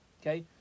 Okay